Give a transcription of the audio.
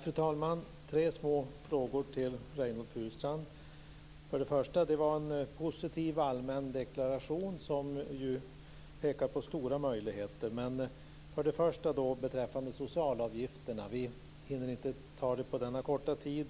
Fru talman! Jag har tre små frågor jag vill ta upp med Reynoldh Furustrand. Först och främst var det en positiv allmän deklaration som pekar på stora möjligheter. Min första fråga gäller socialavgifterna. Vi hinner inte ta allt på denna korta tid.